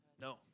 No